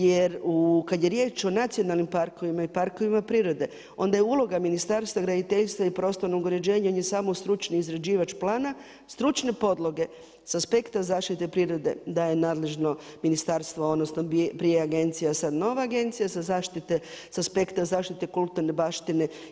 Jer kad je riječ o nacionalnim parkovima i parkovima prirode, onda je uloga Ministarstva graditeljstva i prostornog uređenja, on je samo stručni izrađivač plana, stručne podloge sa aspekta zaštite prirode daje nadležno ministarstvo odnosno prije agencija, a sad nova agencija sa aspekta zaštite kulturne baštine.